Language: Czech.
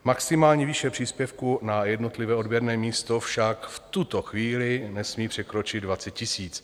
Maximální výše příspěvku na jednotlivé odběrné místo však v tuto chvíli nesmí překročit 20 000.